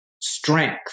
strength